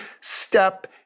step